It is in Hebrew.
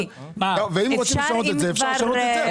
אם רוצים לשנות את זה אפשר לשנות את זה.